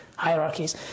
Hierarchies